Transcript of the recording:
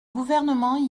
gouvernement